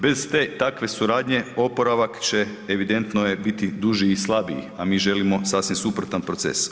Bez te takve suradnje oporavak će, evidentno je, biti duži i slabiji, a mi želimo sasvim suprotan proces.